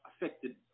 affected